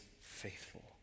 faithful